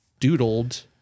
doodled